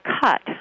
cut